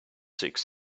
six